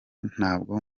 ntabwo